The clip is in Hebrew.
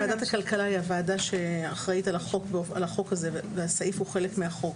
ועדת הכלכלה היא הוועדה שאחראית על החוק הזה והסעיף הוא חלק מהחוק.